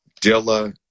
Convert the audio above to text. Dilla